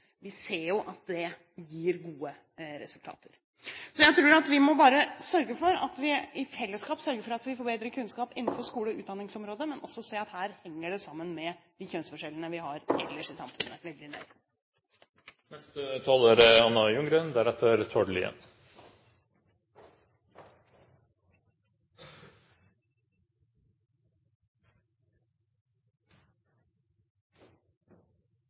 Vi ser jo at det gir gode resultater. Jeg tror at vi i fellesskap ikke bare må sørge for at vi får bedre kunnskap innenfor skole- og utdanningsområdet, men også se at dette henger veldig nøye sammen med de kjønnsforskjellene vi har ellers i samfunnet.